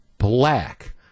black